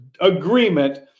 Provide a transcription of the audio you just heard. agreement